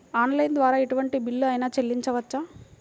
Online ద్వారా ఎటువంటి bill అయినా చెల్లించవచ్చా?